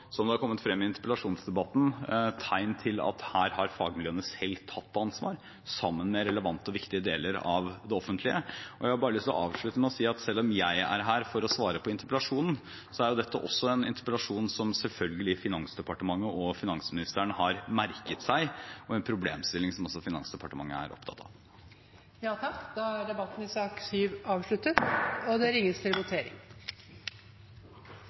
som det har kommet frem i interpellasjonsdebatten, tegn til at her har fagmiljøene selv tatt ansvar, sammen med relevante og viktige deler av det offentlige. Jeg har bare lyst til å avslutte med å si at selv om jeg er her for å svare på interpellasjonen, er dette en interpellasjon som selvfølgelig også Finansdepartementet og finansministeren har merket seg, og en problemstilling som også Finansdepartementet er opptatt av. Debatten i sak nr. 7 er avsluttet. Sak nr. 1 ble ferdigbehandlet tidligere i dag. Under debatten er det